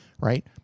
right